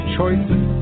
Choices